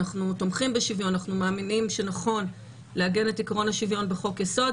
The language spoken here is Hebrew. אנחנו תומכים בשוויון ומאמינים שנכון לעגן אותו בחוק יסוד.